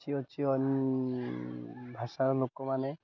କିଛି ଅଛି ଭାଷାର ଲୋକମାନେ